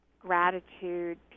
gratitude